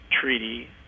treaty